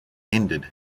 ended